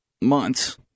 months